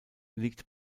liegt